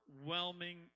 overwhelming